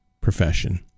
profession